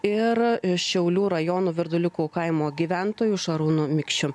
ir šiaulių rajono virduliukų kaimo gyventoju šarūnu mikšiu